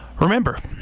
remember